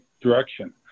direction